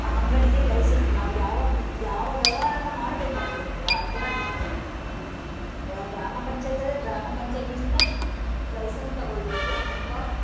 ಅಂಗಡಿಗೆ ಲೈಸಸ್ ನಾವು ಯಾವ ಬಿ ಯಾವ ವ್ಯವಹಾರನ್ನ ಮಾಡಬೇಕಂತಿರ್ತೇವ ಅದರದ್ದು ಅದು ಗ್ರಾಮ ಪಂಚಾಯತಾದ್ರೆ ಗ್ರಾಮ ಪಂಚಾಯತಿಯಿಂದ ಲೈಸನ್ಸ್ ತಗೊಳ್ಬೇಕು ಅಥವಾ